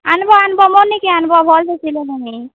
ଆନ୍ବ ଆନ୍ବ ମୋର୍ନିକେ ଆନ୍ବ ଭଲ୍ସେ ସିଲେଇ ଦେମି